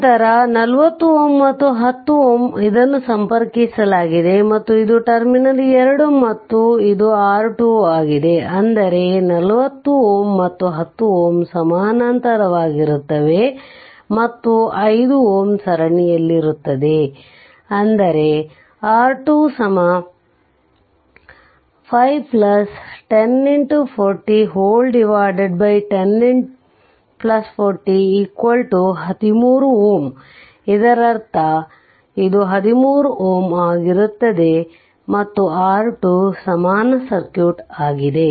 ನಂತರ 40 Ω ಮತ್ತು 10 Ω ಇದನ್ನು ಸಂಪರ್ಕಿಸಲಾಗಿದೆ ಮತ್ತು ಇದು ಟರ್ಮಿನಲ್ 2 ಮತ್ತು ಇದು R2 ಆಗಿದೆ ಅಂದರೆ 40 Ω ಮತ್ತು 10 Ω ಸಮಾನಾಂತರವಾಗಿರುತ್ತವೆ ಮತ್ತು 5 Ω ಸರಣಿಯಲ್ಲಿದೆ ಅಂದರೆ R2 5 10405813Ω ಇದರರ್ಥ ಇದು 13 Ω ಆಗಿರುತ್ತದೆ ಮತ್ತು ಇದು R2 ಸಮಾನ ಸರ್ಕ್ಯೂಟ್ ಆಗಿದೆ